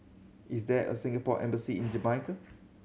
is there a Singapore Embassy in Jamaica